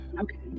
Okay